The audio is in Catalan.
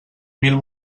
mil